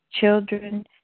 children